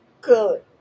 Good